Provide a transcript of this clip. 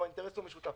פה האינטרס משותף.